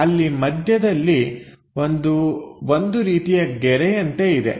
ಅಲ್ಲಿ ಮಧ್ಯದಲ್ಲಿ ಒಂದು ರೀತಿಯ ಗೆರೆಯಂತೆ ಇದೆ